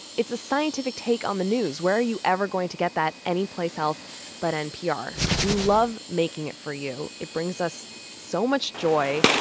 it's a scientific take on the news. where are you ever going to get that anyplace else but npr? we love making it for you. it brings us so much joy.